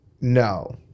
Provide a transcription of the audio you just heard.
No